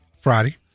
friday